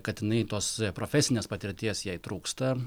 kad jinai tos profesinės patirties jai trūksta